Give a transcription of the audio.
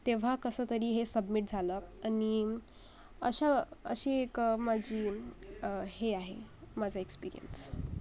तेव्हा कसंतरी हे सबमिट झालं आणि अशा अशी एक माझी हे आहे माझा एक्सपिरियन्स